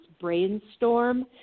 Brainstorm